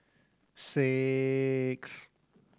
six